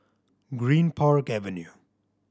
Greenpark Avenue